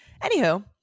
anywho